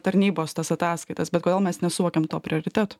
tarnybos tas ataskaitas bet kodėl mes nesuvokiam to prioritetų